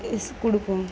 கொடுப்போம்